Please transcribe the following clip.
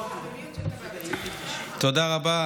תודה רבה.